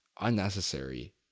unnecessary